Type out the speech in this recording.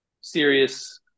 serious